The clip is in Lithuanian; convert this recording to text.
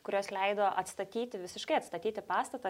kurios leido atstatyti visiškai atstatyti pastatą